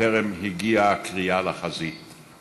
בטרם הגיעה הקריאה לחזית;